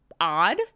odd